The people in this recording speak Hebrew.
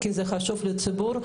כי זה חשוב לציבור,